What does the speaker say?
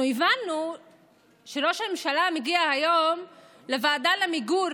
הבנו שראש הממשלה מגיע היום לוועדה למיגור